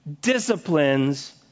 disciplines